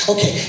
Okay